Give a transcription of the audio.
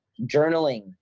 journaling